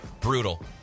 Brutal